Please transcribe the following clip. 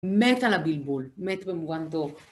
מת על הבלבול, מת במובן טוב.